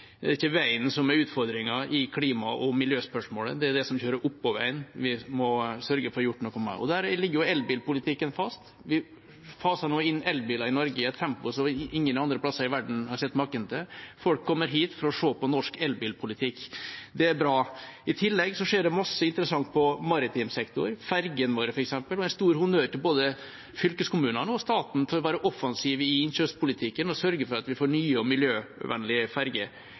fordi det ikke er veien som er utfordringen i klima- og miljøspørsmålet, det er det som kjører oppå veien vi må sørge for å få gjort noe med. Der ligger jo elbilpolitikken fast. Vi faser nå inn elbiler i Norge i et tempo som ingen andre steder i verden har sett maken til. Folk kommer hit for å se på norsk elbilpolitikk. Det er bra. I tillegg skjer det mye interessant i maritim sektor, f.eks. fergene våre – en stor honnør til både fylkeskommunene og staten for å være offensive i innkjøpspolitikken og sørge for at vi får nye og miljøvennlige ferger.